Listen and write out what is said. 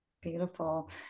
beautiful